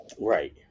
Right